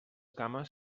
cames